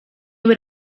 what